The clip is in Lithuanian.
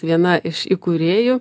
viena iš įkūrėjų